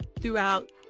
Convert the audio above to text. throughout